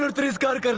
there is but but